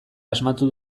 asmatu